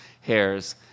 hairs